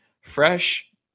fresh